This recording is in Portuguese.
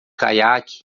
caiaque